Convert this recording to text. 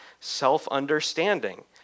self-understanding